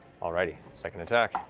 all righty. second attack?